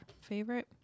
favorite